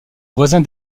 voisin